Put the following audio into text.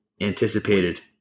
anticipated